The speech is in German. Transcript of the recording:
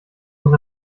muss